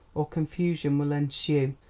or confusion will ensue.